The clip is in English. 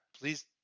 please